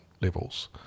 levels